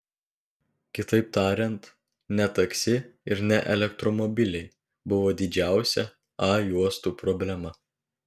kitaip tariant ne taksi ir ne elektromobiliai buvo didžiausia a juostų problema